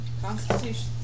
constitution